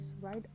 Right